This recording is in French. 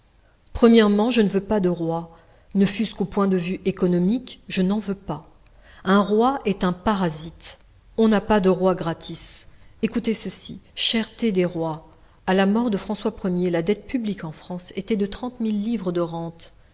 je ne veux pas de rois ne fût-ce qu'au point de vue économique je n'en veux pas un roi est un parasite on n'a pas de roi gratis écoutez ceci cherté des rois à la mort de françois ier la dette publique en france était de trente mille livres de rente